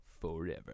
forever